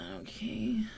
okay